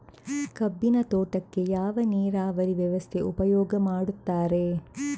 ಕಬ್ಬಿನ ತೋಟಕ್ಕೆ ಯಾವ ನೀರಾವರಿ ವ್ಯವಸ್ಥೆ ಉಪಯೋಗ ಮಾಡುತ್ತಾರೆ?